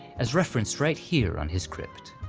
as referenced right here on his crypt.